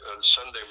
Sunday